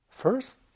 First